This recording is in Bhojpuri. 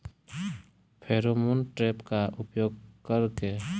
फेरोमोन ट्रेप का उपयोग कर के?